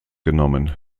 genommen